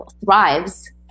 thrives